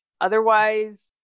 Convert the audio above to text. otherwise